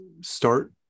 start